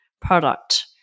product